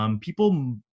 People